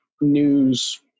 news